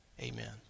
Amen